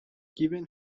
given